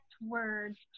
words